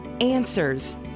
answers